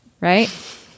right